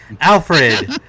Alfred